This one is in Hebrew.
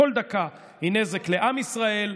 כל דקה היא נזק לעם ישראל,